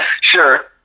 sure